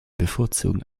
bevorzugen